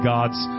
God's